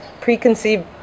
preconceived